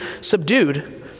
subdued